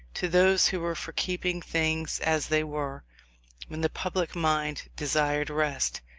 to those who were for keeping things as they were when the public mind desired rest,